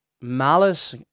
malice